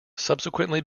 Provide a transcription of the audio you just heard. subsequently